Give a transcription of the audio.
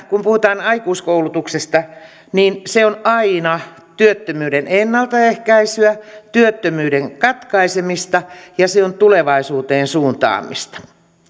kun puhutaan aikuiskoulutuksesta että se on aina työttömyyden ennaltaehkäisyä työttömyyden katkaisemista ja se on tulevaisuuteen suuntaamista